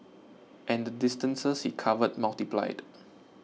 and the distances he covered multiplied